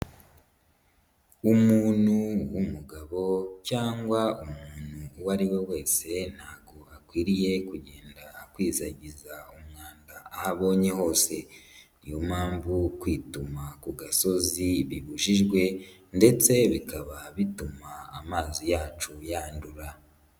Umuntu w'umugabo cyangwa umuntu uwo ari we wese ntago akwiriye kugenda akwizagiza umwanda aho abonye hose ni yo mpamvu kwituma ku gasozi bibujijwe ndetse bikaba bituma amazi yacu yandura.